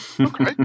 Okay